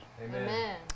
Amen